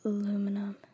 Aluminum